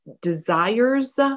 desires